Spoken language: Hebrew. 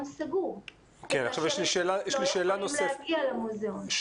סגור וכאשר לא יכולים להגיע למוזיאון.